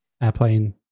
airplane